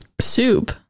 Soup